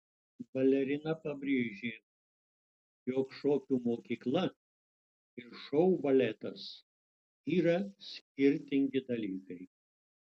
balerina pabrėžė jog šokių mokykla ir šou baletas yra skirtingi dalykai